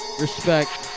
respect